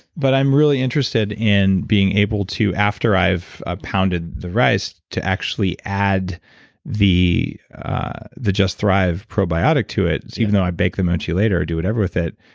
but i'm really interested in being able to, after i've ah pounded the rice to actually add the the just thrive probiotic to it. even though i bake them ah later or do whatever with it,